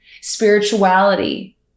spirituality